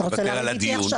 אתה רוצה לריב איתי עכשיו.